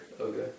Okay